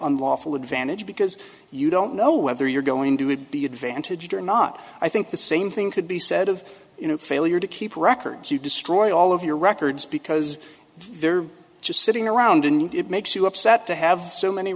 unlawful advantage because you don't know whether you're going to would be advantaged or not i think the same thing could be said of you know failure to keep records you destroy all of your records because they're just sitting around and it makes you upset to have so many